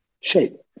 shape